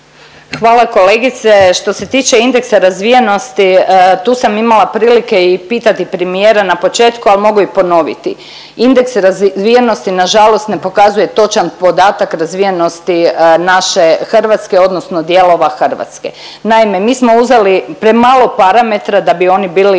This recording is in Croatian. Hvala kolegice. Što se tiče indeksa razvijenosti tu sam imala prilike i pitati premijera na početku, ali mogu i ponoviti. Indeks razvijenosti nažalost ne pokazuje točan podatak razvijenosti naše Hrvatske odnosno dijelova Hrvatske. Naime, mi smo uzeli premalo parametra da bi oni bili